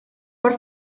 per